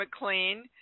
McLean